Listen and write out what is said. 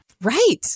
Right